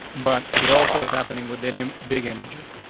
but it also is happening with the and um big images.